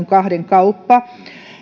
kahden kauppa